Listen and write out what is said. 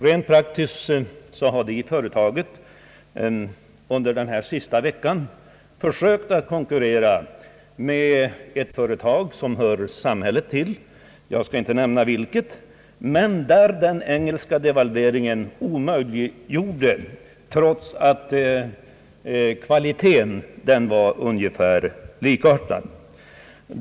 Rent praktiskt har vi i företaget under den senaste veckan försökt konkurrera med ett företag som tillhör samhället — jag skall inte nämna vilket företag — men där den engelska devalveringen gjort det omöjligt för oss att hävda oss trots att kvalitén är ungefär likartad.